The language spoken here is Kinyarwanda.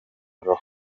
roho